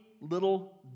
little